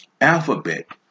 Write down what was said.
alphabet